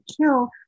kill